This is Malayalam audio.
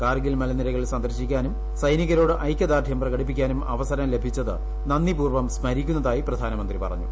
കാർഗിൽ മലനിരകൾ സന്ദർശിക്കാനും സൈനികരോട് ഐക്യദാർഢ്യം പ്രകടിപ്പിക്കാനും അവസരം ലഭിച്ചത് നന്ദിപൂർവ്വം സ്മരിക്കുന്നതായി പ്രധാനമന്ത്രി പറഞ്ഞു